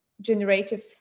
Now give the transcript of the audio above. generative